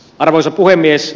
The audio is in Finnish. arvoisa puhemies